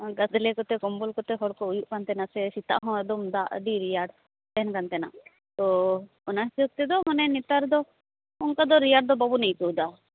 ᱜᱟᱫᱽᱞᱮ ᱠᱚᱛᱮ ᱠᱚᱢᱵᱚᱞ ᱠᱚᱛᱮ ᱦᱚᱲᱠᱚ ᱩᱭᱩᱜ ᱠᱟᱱ ᱛᱟᱦᱮᱱᱟ ᱥᱮ ᱥᱮᱛᱟᱜ ᱦᱚᱸ ᱮᱠᱫᱚᱢ ᱫᱟᱜ ᱟ ᱰᱤ ᱨᱮᱭᱟᱲ ᱠᱟᱱ ᱛᱟᱦᱮᱱᱟ ᱛᱚ ᱚᱱᱟ ᱦᱤᱥᱟ ᱵᱽ ᱛᱮᱫᱚ ᱢᱟᱱᱮ ᱱᱮᱛᱟᱨ ᱫᱚ ᱚᱱᱠᱟ ᱫᱚ ᱨᱮᱭᱟᱜ ᱫᱚ ᱵᱟᱵᱚᱱ ᱟ ᱭᱠᱟ ᱣᱮᱫᱟ